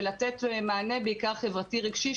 ולתת מענה בעיקר חברתי-רגשי,